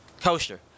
kosher